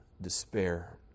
despair